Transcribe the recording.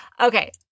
Okay